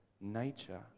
nature